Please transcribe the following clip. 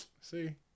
See